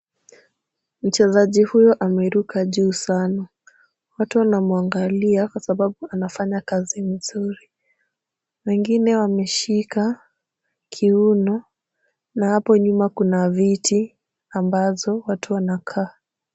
Mchezaji huyu ameruka juu sana. Watu wanamwangalia kwa sababu anafanya kazi mzuri. Wengine wameshika kiuno na hapo nyuma kuna viti ambazo watu wanakaa.